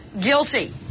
guilty